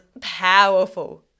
powerful